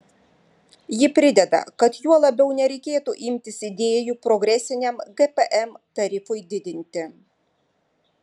ji prideda kad juo labiau nereikėtų imtis idėjų progresiniam gpm tarifui didinti